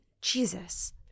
Jesus